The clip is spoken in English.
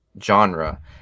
genre